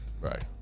Right